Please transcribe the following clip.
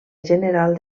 general